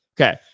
Okay